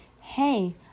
Hey